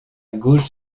gauche